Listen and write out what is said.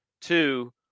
two